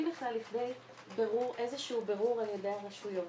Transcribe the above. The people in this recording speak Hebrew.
בכלל לכדי איזשהו בירור על ידי הרשויות,